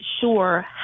sure